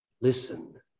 listen